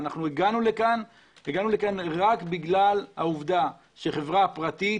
הגענו לכאן רק בגלל העובדה שחברה פרטית